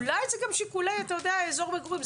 אולי זה גם שיקולי אזור מגורים,